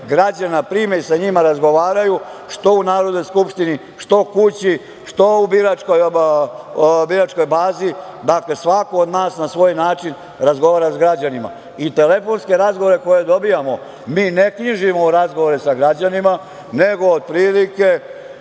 građana prime i sa njima razgovaraju, što u Narodnoj skupštini, što kući, što u biračkoj bazi. Dakle, svako od nas na svoj način razgovara sa građanima. Telefonske razgovore koje dobijamo, mi ne knjižimo u razgovore sa građanima, nego otprilike